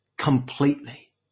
completely